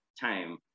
time